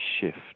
shift